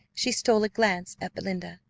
she stole a glance at belinda,